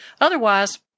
Otherwise